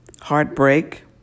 heartbreak